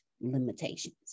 limitations